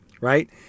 right